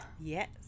Yes